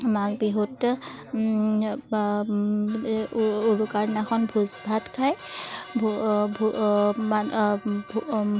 মাঘ বিহুত উৰুকাৰ দিনাখন ভোজ ভাত খায়